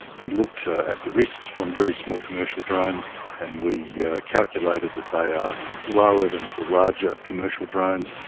we looked at the risks from very small commercial drones and we yeah calculated that they are lower than for larger commercial drones,